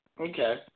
Okay